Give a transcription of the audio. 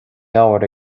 leabhar